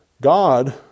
God